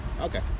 Okay